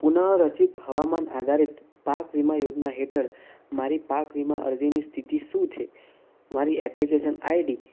પુનઃરચિત હવામાન આધારિત પાક વીમા યોજના હેઠળ મારી પાક વીમા અરજીની સ્થિતિ શું છે મારી એપ્લિકેશન આઇડી